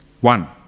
One